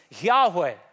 Yahweh